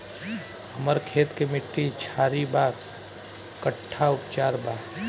हमर खेत के मिट्टी क्षारीय बा कट्ठा उपचार बा?